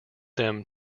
them